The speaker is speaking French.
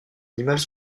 animales